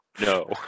No